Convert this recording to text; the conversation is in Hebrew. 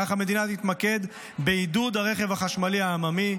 כך המדינה תתמקד בעידוד הרכב החשמלי העממי,